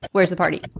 where's the party